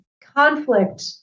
conflict